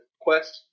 quest